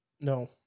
No